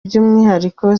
by’umwihariko